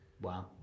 Wow